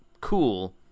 cool